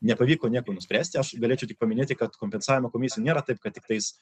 nepavyko nieko nuspręsti aš galėčiau tik paminėti kad kompensavimo komisija nėra taip kad tiktais